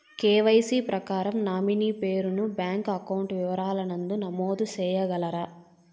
KYC ప్రకారం nominee పేరు ను బ్యాంకు అకౌంట్ వివరాల నందు నమోదు సేయగలరా?